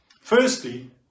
Firstly